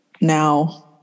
now